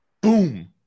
boom